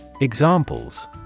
Examples